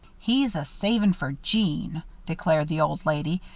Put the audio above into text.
he's a-saving fer jeanne, declared the old lady.